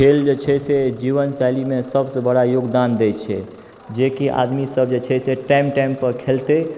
खेल जे छै से जीवन शैलीमे सबसँ बड़ा योगदान दै छै जेकि आदमी सब जे छै से टाइम टाइम पर खेलतै